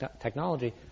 technology